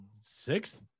sixth